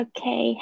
Okay